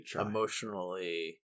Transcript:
emotionally